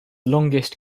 longest